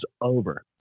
over